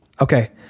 Okay